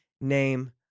name